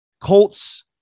Colts